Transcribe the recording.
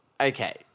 okay